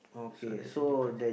so that's a difference